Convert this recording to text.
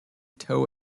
tow